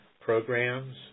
programs